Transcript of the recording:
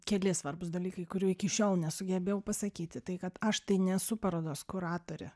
keli svarbūs dalykai kurių iki šiol nesugebėjau pasakyti tai kad aš tai nesu parodos kuratorė